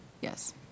Yes